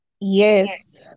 Yes